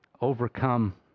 overcome